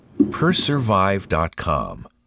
Persurvive.com